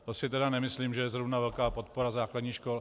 To si tedy nemyslím, že je zrovna velká podpora základních škol.